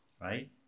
right